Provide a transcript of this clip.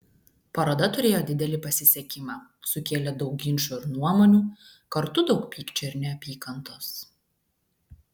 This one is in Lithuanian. paroda turėjo didelį pasisekimą sukėlė daug ginčų ir nuomonių kartu daug pykčio ir neapykantos